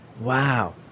Wow